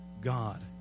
God